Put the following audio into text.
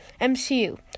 MCU